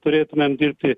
turėtumėm dirbti